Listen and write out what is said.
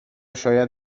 شاید